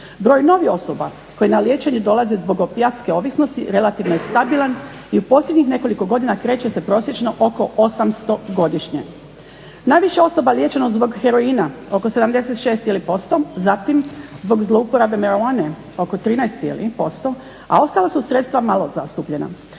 Broj novih osoba koji na liječenje dolaze zbog opijatske ovisnosti relativno je stabilan i u posljednjih nekoliko godina kreće se prosječno oko 800 godišnje. Najviše osoba liječeno zbog heroina oko 76%, zatim zbog zlouporabe marihuane oko 13%, a ostala su sredstva malo zastupljena.